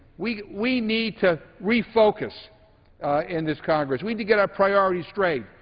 we we need to refocus in this congress. we to get our priorities straight.